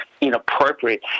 inappropriate